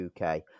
uk